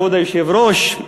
כבוד היושב-ראש,